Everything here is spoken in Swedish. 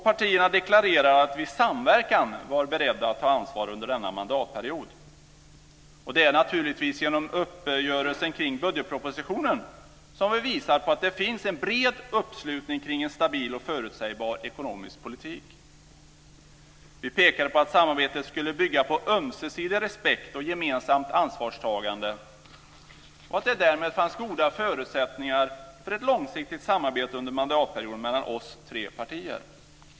Partierna deklarerade att vi i samverkan var beredda att ta ansvar under denna mandatperiod. Det är naturligtvis genom uppgörelsen kring budgetpropositionen som vi visar att det finns en bred uppslutning kring en stabil och förutsägbar ekonomisk politik. Vi pekade på att samarbetet skulle bygga på ömsesidig respekt och gemensamt ansvarstagande och att det därmed fanns goda förutsättningar för ett långsiktigt samarbete under mandatperioden mellan oss tre partier.